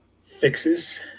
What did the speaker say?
fixes